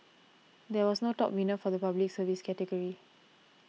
there was no top winner for the Public Service category